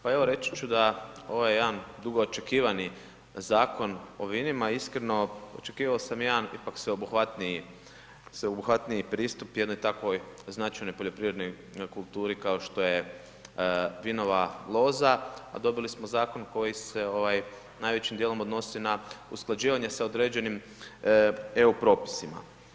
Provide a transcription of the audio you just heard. Pa evo reći ću da je ovo jedan dugo očekivani Zakon o vinima, iskreno, očekivao sam jedan ipak sveobuhvatniji pristup jednoj takvoj značajnoj poljoprivrednoj kulturi kao što je vinova loza a dobili smo zakon koji se najvećim djelom odnosi na usklađivanje sa određenim EU propisima.